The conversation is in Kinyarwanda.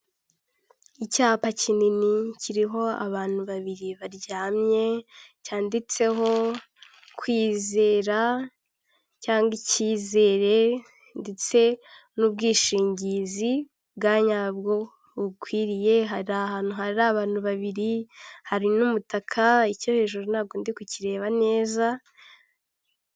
Icyapa kinini kiriho abantu babiri baryamye cyanditseho kwizera cyangwa icyizere ndetse n'ubwishingizi bwa nyabwo bukwiriye; hari ahantu hari abantu babiri hari n'umutaka icyo hejuru ntabwo ndi kukireba neza